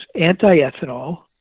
anti-ethanol